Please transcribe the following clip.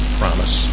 promise